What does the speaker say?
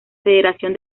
federación